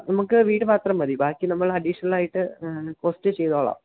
നമുക്ക് വീട് മാത്രം മതി ബാക്കി നമ്മൾ അഡീഷ്ണൽ ആയിട്ട് കോസ്റ്റ് ചെയ്തോളാം